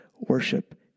worship